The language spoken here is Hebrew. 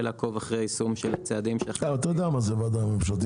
לעקב אחר יישום צעדים --- אתה יודע מה ועדה ממשלתית,